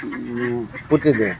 পুতি দিওঁ